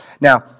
Now